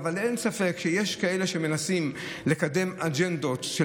אבל אין ספק שיש כאלה שמנסים לקדם אג'נדות של